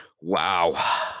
wow